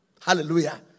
Hallelujah